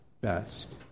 best